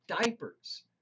diapers